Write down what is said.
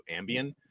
ambien